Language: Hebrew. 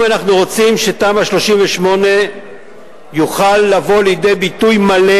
אם אנחנו רוצים שתמ"א 38 תוכל לבוא לידי ביטוי מלא